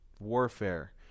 warfare